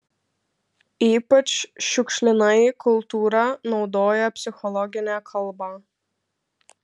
ypač šiukšlinai kultūra naudoja psichologinę kalbą